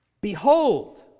Behold